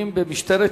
נתקבלה.